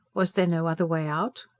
was there no other way out?